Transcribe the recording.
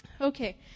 Okay